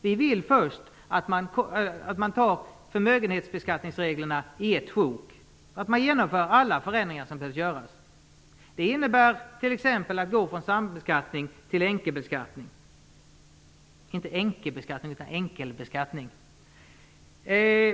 Vi vill att man först tar förmögenhetsbeskattningsreglerna i ett sjok och att man genomför alla förändringar som behöver göras. Det innebär t.ex. att gå från sambeskattning till enkelbeskattning - inte änkebeskattning utan enkelbeskattning!